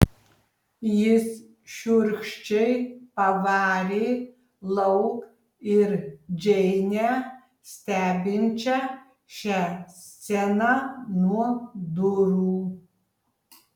jis šiurkščiai pavarė lauk ir džeinę stebinčią šią sceną nuo durų